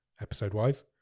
episode-wise